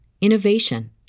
innovation